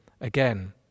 again